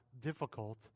difficult